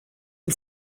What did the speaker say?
ein